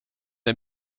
der